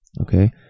okay